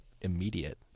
Immediate